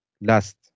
last